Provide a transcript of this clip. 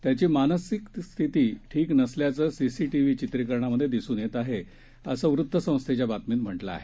त्याची मानसिक स्थिती ठीक नसल्याचं सीसीटीव्ही चित्रिकरणात दिसून येत आहे असं वृतसंस्थेच्या बातमीत म्हटलं आहे